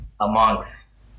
amongst